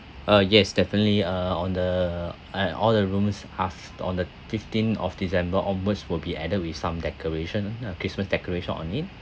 uh yes definitely uh on the and all the rooms half on the fifteenth of december onwards will be added with some decoration christmas decoration on it